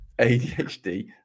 ADHD